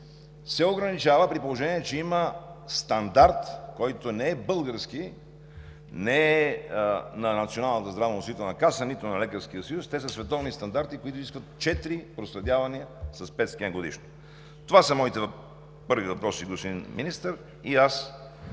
се ограничава, при положение че има стандарт, който не е български, не е на Националната здравноосигурителна каса, нито на Лекарския съюз, те са световни стандарти, които искат четири проследявания с PET скенера годишно. Това са моите първи въпроси, господин Министър, и ще